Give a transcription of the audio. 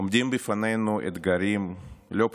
עומדים בפנינו אתגרים לא פשוטים,